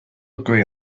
agree